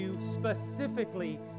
specifically